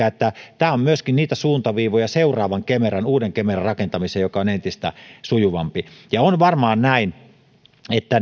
että tässä on myöskin suuntaviivoja seuraavan kemeran uuden kemeran rakentamiseen joka on entistä sujuvampi ja on varmaan näin että